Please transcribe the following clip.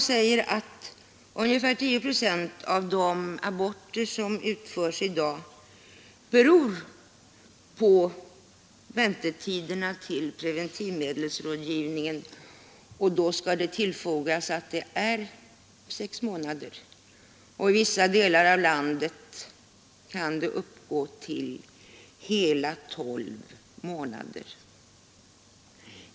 De säger att ungefär 10 procent av de aborter som utföres i dag beror på väntetiderna till preventivmedelsrådgivningen; det skall tillfogas att väntetiderna är sex månader och i vissa delar av landet kan uppgå till hela tolv månader.